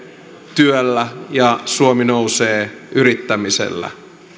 työllä ja suomi nousee yrittämisellä